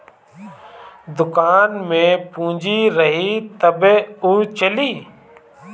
दुकान में पूंजी रही तबे उ चली